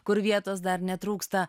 kur vietos dar netrūksta